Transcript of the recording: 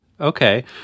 Okay